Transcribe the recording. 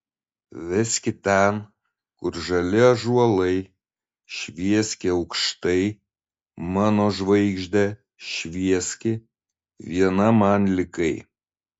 veski ten kur žali ąžuolai švieski aukštai mano žvaigžde švieski viena man likai